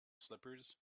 slippers